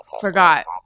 forgot